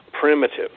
primitive